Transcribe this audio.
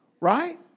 Right